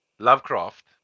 Lovecraft